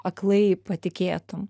aklai patikėtum